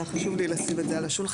היה חשוב לי לשים את זה על השולחן,